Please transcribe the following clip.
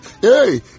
Hey